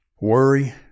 worry